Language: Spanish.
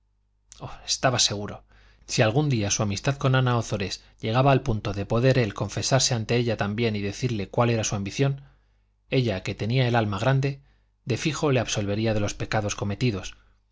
estaba seguro si algún día su amistad con ana ozores llegaba al punto de poder él confesarse ante ella también y decirle cuál era su ambición ella que tenía el alma grande de fijo le absolvería de los pecados cometidos